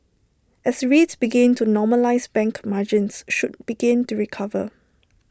as rates begin to normalise bank margins should begin to recover